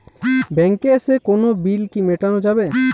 ব্যাংকে এসে কোনো বিল কি মেটানো যাবে?